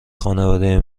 خانواده